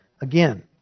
again